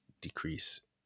decrease